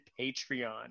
Patreon